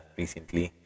recently